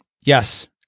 Yes